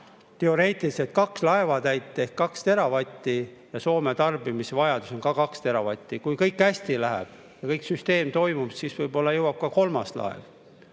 teoreetiliselt kaht laevatäit ehk kaks teravatti. Ja Soome tarbimisvajadus on kaks teravatti. Kui kõik hästi läheb ja süsteem toimib, siis võib-olla jõuab ka kolmas